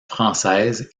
française